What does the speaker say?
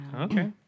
Okay